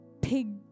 pig